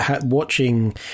watching